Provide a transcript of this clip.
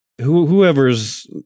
whoever's